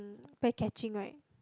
very catching right